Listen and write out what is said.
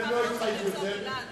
זה מראה על חוסר ביטחון, יקירי.